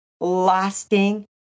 lasting